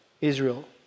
Israel